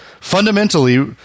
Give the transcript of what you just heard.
fundamentally